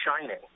Shining